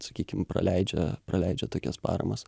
sakykim praleidžia praleidžia tokias paramas